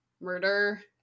murder